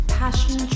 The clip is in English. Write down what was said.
passion